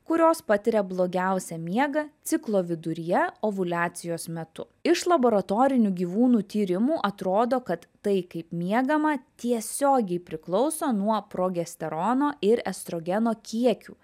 kurios patiria blogiausią miegą ciklo viduryje ovuliacijos metu iš laboratorinių gyvūnų tyrimų atrodo kad tai kaip miegama tiesiogiai priklauso nuo progesterono ir estrogeno kiekių